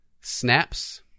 Snaps